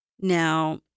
Now